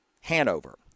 Hanover